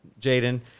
Jaden